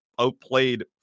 Outplayed